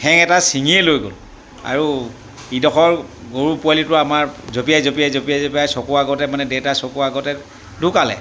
ঠেং এটা চিঙিয়েই লৈ গ'ল আৰু ইডোখৰ গৰু পোৱালিটো আমাৰ জপিয়াই জপিয়াই জপিয়াই জপিয়াই চকুৰ আগতে মানে দেউতাৰ চকু আগতে ঢুকালে